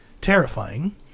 Terrifying